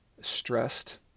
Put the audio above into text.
stressed